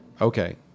okay